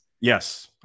Yes